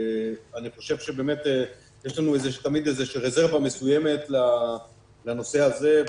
יש לנו תמיד איזו רזרבה מסוימת לנושא הזה,